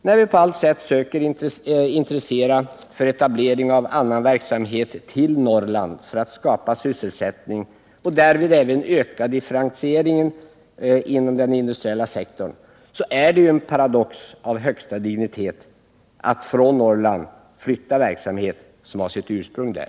När vi på allt sätt söker skapa intresse för etablering av annan verksamhet till Norrland för att åstadkomma sysselsättning och därmed även öka differentieringen inom den industriella sektorn, så är det en paradox av högsta dignitet att från Norrland flytta verksamhet som har sitt ursprung där.